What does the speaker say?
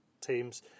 teams